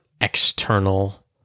external